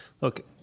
Look